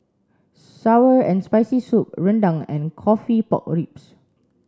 sour and spicy soup Rendang and coffee pork ribs